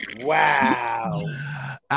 wow